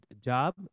job